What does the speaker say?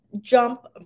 jump